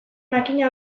makina